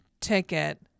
ticket